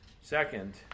Second